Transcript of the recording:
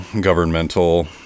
governmental